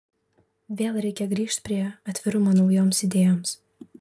vėl reikia grįžt prie atvirumo naujoms idėjoms